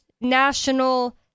national